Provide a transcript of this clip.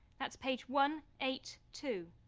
that's page one eight two.